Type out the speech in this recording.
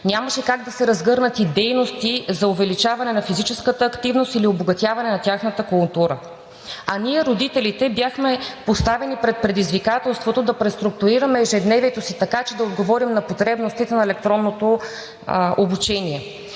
Нямаше как да се разгърнат и дейности за увеличаване на физическата активност или обогатяване на тяхната култура. Ние родителите бяхме поставени пред предизвикателството да преструктурираме ежедневието си така, че да отговорим на потребностите на електронното обучение.